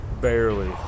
Barely